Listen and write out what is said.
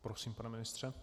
Prosím, pane ministře.